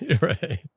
Right